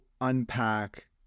unpack